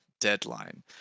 deadline